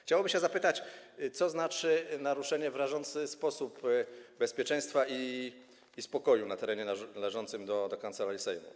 Chciałoby się zapytać, co znaczy naruszenie w rażący sposób bezpieczeństwa i spokoju na terenie należącym do Kancelarii Sejmu.